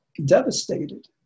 devastated